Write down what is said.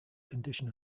condition